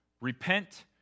repent